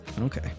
Okay